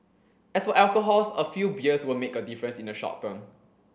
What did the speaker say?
as for alcohols a few beers won't make a difference in the short term